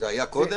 זה היה קודם?